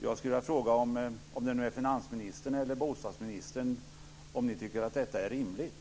Jag skulle vilja fråga finansministern eller bostadsministern om de tycker att det är rimligt.